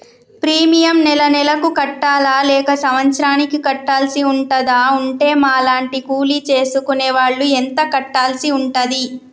Premium నెల నెలకు కట్టాలా లేక సంవత్సరానికి కట్టాల్సి ఉంటదా? ఉంటే మా లాంటి కూలి చేసుకునే వాళ్లు ఎంత కట్టాల్సి ఉంటది?